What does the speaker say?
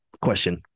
Question